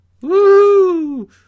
Woo